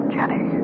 Jenny